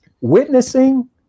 Witnessing